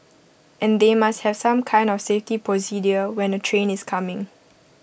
and they must have some kind of safety procedure when A train is coming